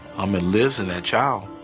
um it lives in that child.